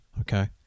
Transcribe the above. okay